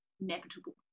inevitable